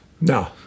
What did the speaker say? No